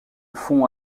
fonds